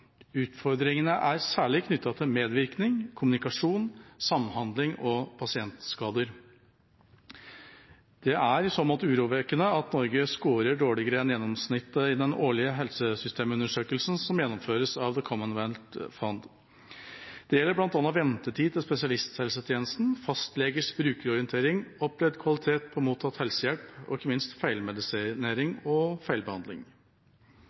Utfordringene er særlig knyttet til medvirkning, kommunikasjon, samhandling og pasientskader. Det er i så måte urovekkende at Norge scorer dårligere enn gjennomsnittet i den årlige helsesystemundersøkelsen som gjennomføres av The Commonwealth Fund. Det gjelder bl.a. ventetid til spesialisthelsetjenesten, fastlegers brukerorientering, opplevd kvalitet på mottatt helsehjelp og ikke minst feilmedisinering og feilbehandling.